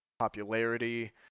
popularity